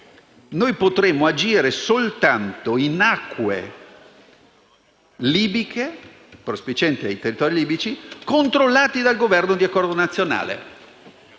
Noi potremmo agire soltanto in acque libiche, ovvero prospicienti i territori libici controllati dal Governo di accordo nazionale.